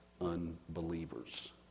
unbelievers